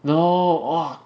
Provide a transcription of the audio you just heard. no !wah!